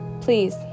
Please